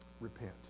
repent